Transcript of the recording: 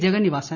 Jagannivasan